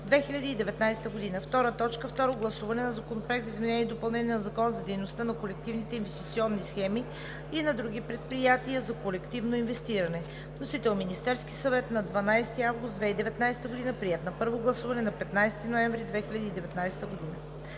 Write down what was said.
2019 г. 2. Второ гласуване на Законопроекта за изменение и допълнение на Закона за дейността на колективните инвестиционни схеми и на други предприятия за колективно инвестиране. Вносител е Министерският съвет на 12 август 2019 г. Приет е на първо гласуване на 15 ноември 2019 г.